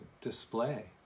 display